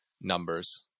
numbers